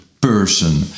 person